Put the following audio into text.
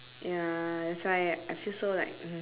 ya that's why I I feel so like